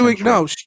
No